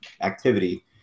activity